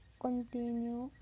continue